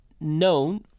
known